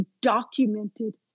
documented